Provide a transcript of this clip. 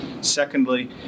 Secondly